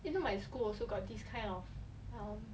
you know my school also got this kind of